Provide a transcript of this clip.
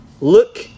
Look